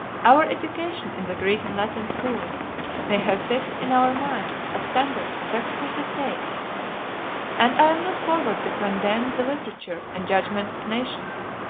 our education in the greek and latin schools may have fixed in our minds a standard of exclusive taste and i am not forward to condemn the literature and judgment of nations,